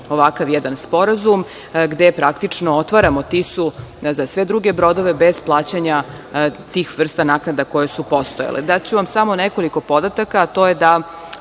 ovakav jedan sporazum, gde praktično otvaramo Tisu za sve druge brodove bez plaćanja tih vrsta naknada koje su postojale. Daću vam samo nekoliko podataka, a to je da